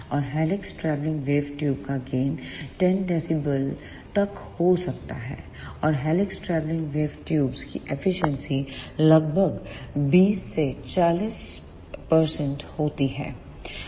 और helix travelling wave tubes का gain 10 dB तक होसकता है और हेलिक्स ट्रैवलिंग वेव ट्यूब्स की एफिशिएंसी लगभग 20 से 40 होती है